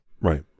Right